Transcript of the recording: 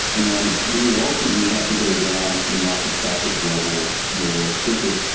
and do we ultimately have to go down to the microscopic level where physics